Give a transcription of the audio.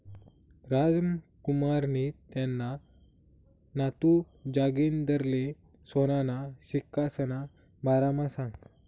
रामकुमारनी त्याना नातू जागिंदरले सोनाना सिक्कासना बारामा सांगं